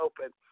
Open